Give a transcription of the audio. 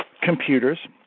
computers